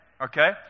Okay